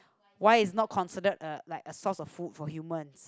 why it's not considered a uh like a source of food for human